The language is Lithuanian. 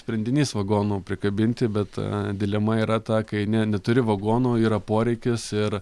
sprendinys vagonų prikabinti bet dilema yra ta kai ne neturi vagonų yra poreikis ir